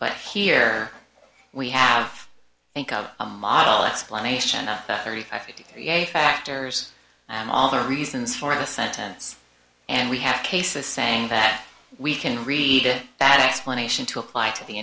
but here we have think of model explain nation of thirty five factors and all the reasons for the sentence and we have cases saying that we can read it and explanation to apply to the